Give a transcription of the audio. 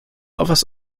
offers